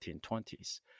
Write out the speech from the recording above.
1920s